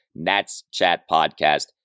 natschatpodcast